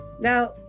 Now